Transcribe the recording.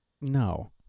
No